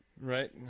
right